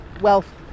wealth